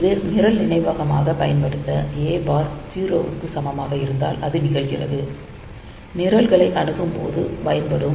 இது நிரல் நினைவகமாக பயன்படுத்த A பார் 0 க்கு சமமாக இருந்தால் அது நிகழ்கிறது நிரல்களை அணுகும் போது பயன்படும்